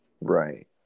Right